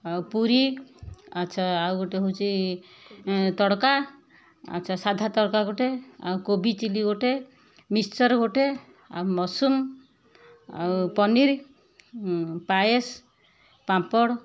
ଆଉ ପୁରୀ ଆଚ୍ଛା ଆଉ ଗୋଟେ ହେଉଛି ତଡ଼କା ଆଚ୍ଛା ସାଧା ତଡ଼କା ଗୋଟେ ଆଉ କୋବି ଚିଲ୍ଲୀ ଗୋଟେ ମିକ୍ସଚର୍ ଗୋଟେ ଆଉ ମସ୍ରୁମ୍ ଆଉ ପନିର ପାଏସ୍ ପାମ୍ପଡ଼